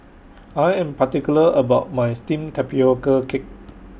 I Am particular about My Steamed Tapioca Cake